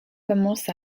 commence